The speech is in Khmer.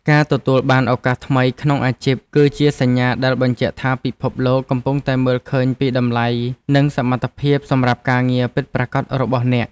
ការទទួលបានឱកាសថ្មីក្នុងអាជីពគឺជាសញ្ញាដែលបញ្ជាក់ថាពិភពលោកកំពុងតែមើលឃើញពីតម្លៃនិងសមត្ថភាពសម្រាប់ការងារពិតប្រាកដរបស់អ្នក។